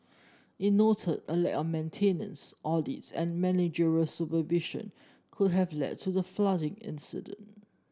it noted a lack of maintenance audits and managerial supervision could have led to the flooding incident